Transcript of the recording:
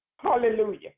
Hallelujah